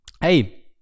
Hey